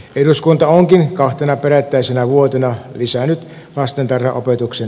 eduskunta onkin kahtena peräkkäisenä vuotena lisännyt lastentarhanopetuksen